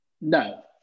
No